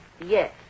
Yes